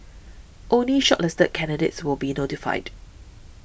only shortlisted candidates will be notified